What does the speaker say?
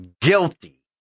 guilty